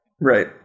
right